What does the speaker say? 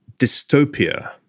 dystopia